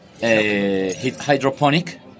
hydroponic